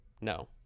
No